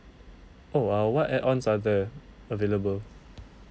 oh !wow! what add ons are there available